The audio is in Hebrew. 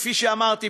כפי שאמרתי,